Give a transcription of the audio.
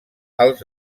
als